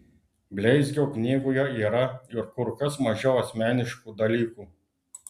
bleizgio knygoje yra ir kur kas mažiau asmeniškų dalykų